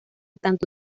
tanto